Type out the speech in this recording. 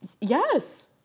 Yes